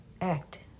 acting